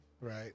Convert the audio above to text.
Right